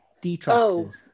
Detractors